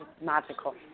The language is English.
magical